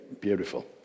beautiful